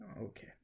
Okay